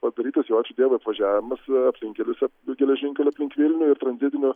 padarytas jau ačiū dievui apvažiavimas aplinkeliuose geležinkelio aplink vilniuje ir tranzitinių